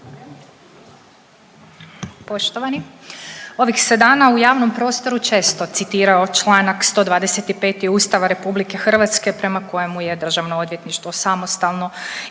Poštovani, ovih se dana u javnom prostoru često citirao čl. 125. Ustava RH prema kojemu je Državno odvjetništvo samostalno